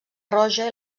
roja